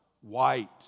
White